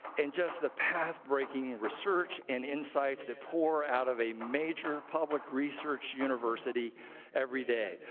and just the path-breaking research and insights that pour out of a major public research university every day.